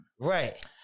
Right